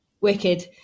Wicked